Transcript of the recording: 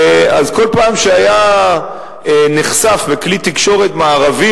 כל פעם שהיה נחשף בכלי תקשורת מערבי